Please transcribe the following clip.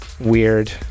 weird